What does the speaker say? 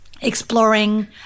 exploring